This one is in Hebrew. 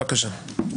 את בפייק מוחלט.